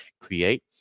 Create